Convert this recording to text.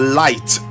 light